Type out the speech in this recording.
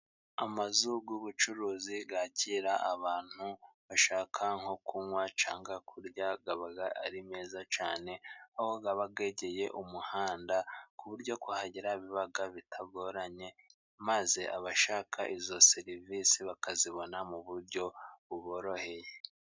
Amazu y'ubucuruzi yakira abantu bashaka nko kunywa cyangwa kurya aba ari meza cyane ,aho aba yegeye umuhanda ku buryo kuhagera biba bitagoranye, maze abashaka izo serivisi bakazibona mu buryo buboroheye.